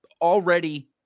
already